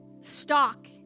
stock